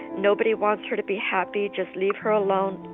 nobody wants her to be happy, just leave her alone,